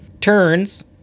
Turns